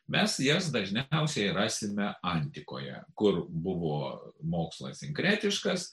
mes jas dažniausiai rasime antikoje kur buvo mokslas sinkretiškas